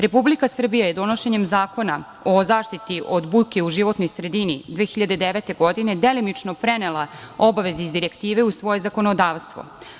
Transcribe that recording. Republike Srbija je donošenjem zakona o zaštiti od buke u životnoj sredini 2009. godine delimično prenela obaveze iz direktive u svoje zakonodavstvo.